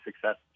success